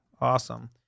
awesome